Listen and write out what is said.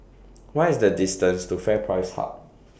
What IS The distance to FairPrice Hub